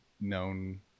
known